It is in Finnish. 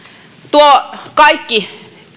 tuo kaikki